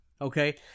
Okay